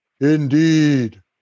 indeed